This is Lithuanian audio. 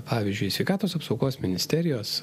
pavyzdžiui sveikatos apsaugos ministerijos